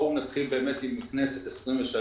בואו נתחיל בכנסת ה-23